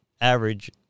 average